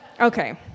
Okay